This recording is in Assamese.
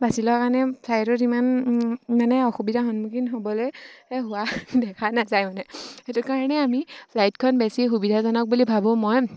বাচি লোৱা কাৰণে ফ্লাইটৰ ইমান মানে অসুবিধাৰ সন্মুখীন হ'বলৈ হোৱা দেখা নাযায় মানে সেইটো কাৰণে আমি ফ্লাইটখন বেছি সুবিধাজনক বুলি ভাবোঁ মই